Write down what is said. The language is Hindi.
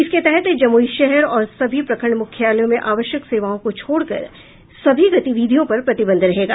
इसके तहत जमुई शहर और सभी प्रखंड मुख्यालयों में आवश्यक सेवाओं को छोड़कर सभी गतिविधियों पर प्रतिबंध रहेगा